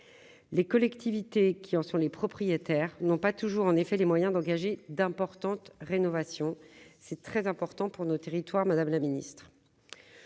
les collectivités qui en sont les propriétaires n'ont pas toujours en effet les moyens d'engager d'importantes rénovations, c'est très important pour nos territoires, Madame la Ministre,